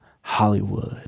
Hollywood